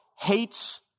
hates